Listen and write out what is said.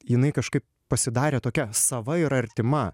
jinai kažkaip pasidarė tokia sava ir artima